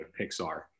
pixar